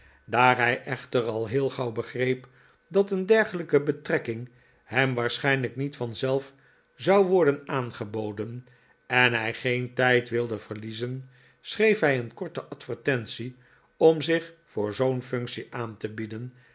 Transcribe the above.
daar hij echter al heel gauw begreep dat een dergelijke betrekking hem waarschijnlijk niet vanzelf zou worden aangeboden en hij geen tijd wilde verliezen schr eef hij een korte advertentie om zich voor zoo'n functie aan te bieden